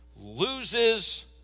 loses